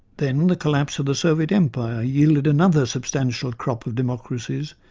then the collapse of the soviet empire yielded another substantial crop of democracies,